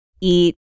eat